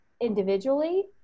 individually